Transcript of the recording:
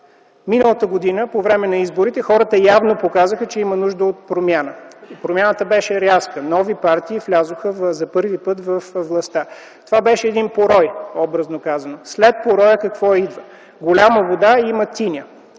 Миналата година по време на изборите хората явно показаха, че има нужда от промяна. Промяната беше рязка – нови партии влязоха за първи път във властта. Това беше един порой, образно казано. След пороя какво идва? Голяма вода и има тиня.